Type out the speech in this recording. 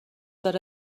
داره